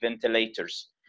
ventilators